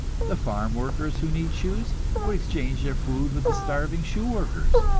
the farm-workers who need shoes would exchange their food with the starving shoe-workers,